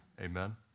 Amen